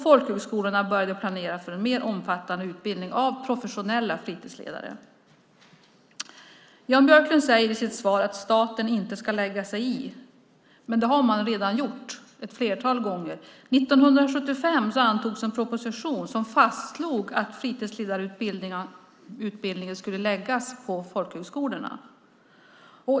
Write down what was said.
Folkhögskolorna började planera för en mer omfattande utbildning av professionella fritidsledare. Jan Björklund säger i sitt svar att staten inte ska lägga sig i. Men det har den redan gjort ett flertal gånger. År 1975 antogs en proposition där det fastslogs att fritidsledareutbildningen skulle läggas på folkhögskolorna.